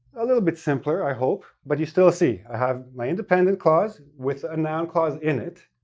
a little bit simpler, i hope, but you still see i have my independent clause with a noun clause in it,